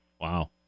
Wow